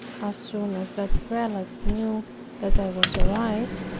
as soon as that prelate knew that i was arrived,